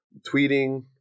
tweeting